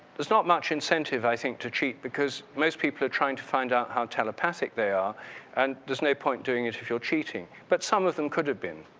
there's not much incentive i think to cheat because most people are trying to find out how telepathic they are and there's no point doing it if you're cheating, but some of them could've been.